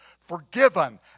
forgiven